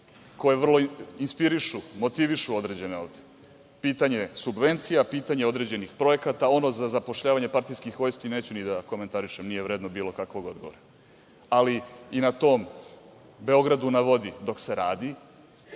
koje vrlo inspirišu, motivišu određene ovde. Pitanje subvencija, pitanje određenih projekata, ono za zapošljavanje partijskih vojski, neću da komentarišem, jer nije vredno bilo kakvog odgovora. I na tom „Beogradu na vodi“, dok se radi,